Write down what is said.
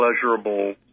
pleasurable